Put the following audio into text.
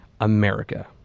America